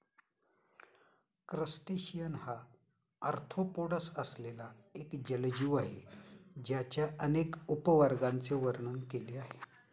crustacean हा arthropods असलेला एक जलजीव आहे ज्याच्या अनेक उपवर्गांचे वर्णन केले आहे